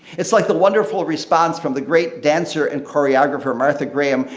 it's like the wonderful response from the great dancer and choreographer, martha graham.